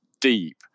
deep